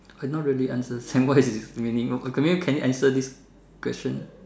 I not really understand what this meaning okay maybe can you answer this question